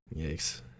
yikes